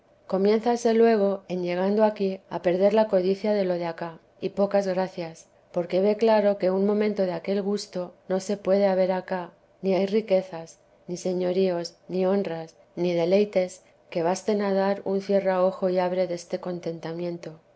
comunica comiénzase luego en llegando aquí a perder la codicia de lo de acá y pocas gracias porque ve claro que un momento de aquel gusto no se puede haber acá ni hay riquezas ni señoríos ni honras ni deleites que basten a dar un cierra ojo y abre deste contentamiento